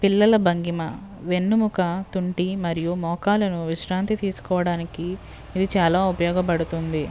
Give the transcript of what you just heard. పిల్లల భంగిమ వెన్నుముక తుంటి మరియు మోకాళ్ళను విశ్రాంతి తీసుకోవడానికి ఇది చాలా ఉపయోగపడుతుంది